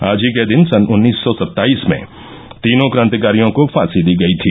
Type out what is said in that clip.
आज ही के दिन सन् उन्नीस सौ सत्ताईस में तीनों क्रांतिकारियों को फांसी दी गयी थी